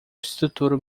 estruturo